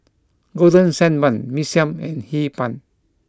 Golden Sand Bun Mee Siam and Hee Pan